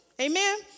Amen